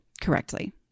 correctly